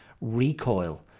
recoil